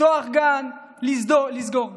לפתוח גן, לסגור גן.